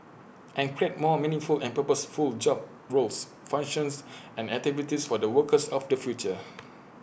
and create more meaningful and purposeful job roles functions and activities for the workers of the future